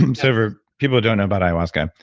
um so for people who don't know about ayahuasca,